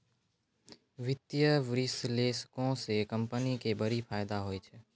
वित्तीय विश्लेषको से कंपनी के बड़ी फायदा होय छै